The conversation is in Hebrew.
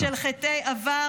-- של חטאי עבר